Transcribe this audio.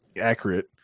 accurate